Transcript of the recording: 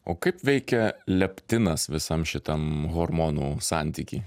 o kaip veikia leptinas visam šitam hormonų santyky